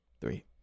three